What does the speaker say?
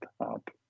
up